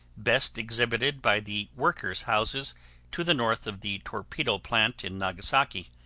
best exhibited by the workers' houses to the north of the torpedo plant in nagasaki.